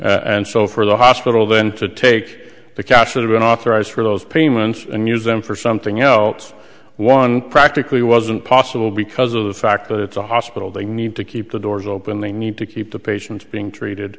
paid and so for the hospital then to take the cash would have been authorized for those payments and use them for something else one practically wasn't possible because of the fact that it's a hospital they need to keep the doors open they need to keep the patients being treated